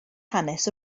hanes